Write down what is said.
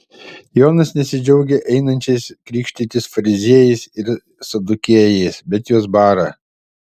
jonas nesidžiaugia einančiais krikštytis fariziejais ir sadukiejais bet juos bara